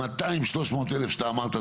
200-300 אלף שאתה אמרה,